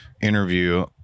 interview